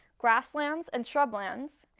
grasslands and shrublands,